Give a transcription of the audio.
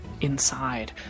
inside